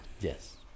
Yes